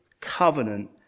covenant